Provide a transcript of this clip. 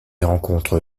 rencontre